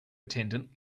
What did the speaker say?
attendant